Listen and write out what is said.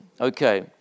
okay